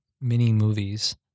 mini-movies